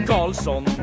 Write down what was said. Carlson